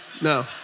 no